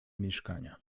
mieszkania